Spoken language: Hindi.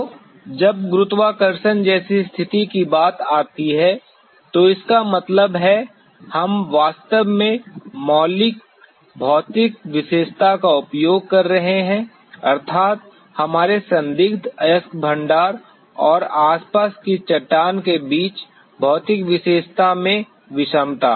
तो जब गुरुत्वाकर्षण जैसी स्थिति की बात आती है तो इसका मतलब है हम वास्तव में मौलिक भौतिक विशेषता का उपयोग कर रहे हैं अर्थात् हमारे संदिग्ध अयस्क निकाय और आसपास की चट्टान के बीच भौतिक विशेषता में विषमता